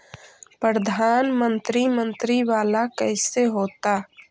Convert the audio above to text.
प्रधानमंत्री मंत्री वाला कैसे होता?